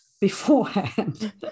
beforehand